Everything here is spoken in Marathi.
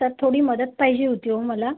सर थोडी मदत पाहिजे होती हो मला